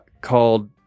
called